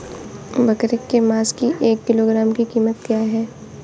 बकरे के मांस की एक किलोग्राम की कीमत क्या है?